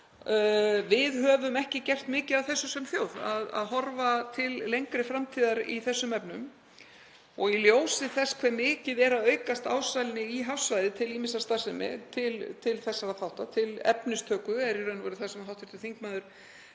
Við höfum ekki gert mikið af þessu sem þjóð að horfa til lengri framtíðar í þessum efnum og í ljósi þess hve ásælni er mikið að aukast í hafsvæði til ýmissar starfsemi, til þessara þátta, til efnistöku sem er í raun og veru það sem hv. þingmaður